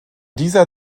dieser